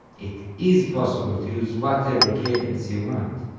it is possible to use whatever cadence you want.